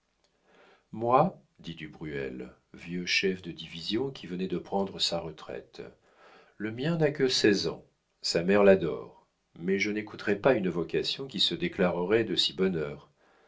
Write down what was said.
moi dit du bruel vieux chef de division qui venait de prendre sa retraite le mien n'a que seize ans sa mère l'adore mais je n'écouterais pas une vocation qui se déclarerait de si bonne